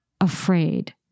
afraid